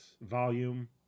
volume